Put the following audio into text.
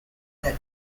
that